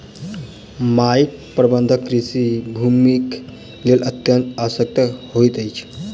माइट प्रबंधन कृषि भूमिक लेल अत्यंत आवश्यक होइत अछि